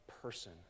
person